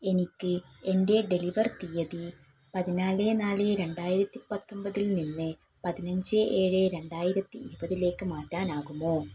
എനിക്ക് എന്റെ ഡെലിവർ തീയതി പതിനാല് നാല് രണ്ടായിരത്തി പത്തൊമ്പതിൽനിന്ന് പതിനഞ്ച് ഏഴ് രണ്ടായിരത്തി ഇരുപതിലേക്ക് മാറ്റാനാകുമോ